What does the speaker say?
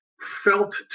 felt